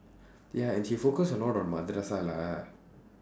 ya and she focus a lot on madrasah lah